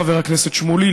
חבר הכנסת שמולי,